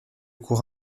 cours